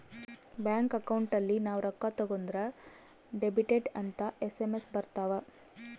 bank account ಅಲ್ಲಿ ನಾವ್ ರೊಕ್ಕ ತಕ್ಕೊಂದ್ರ ಡೆಬಿಟೆಡ್ ಅಂತ ಎಸ್.ಎಮ್.ಎಸ್ ಬರತವ